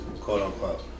quote-unquote